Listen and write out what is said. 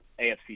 AFC